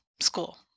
school